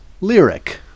lyric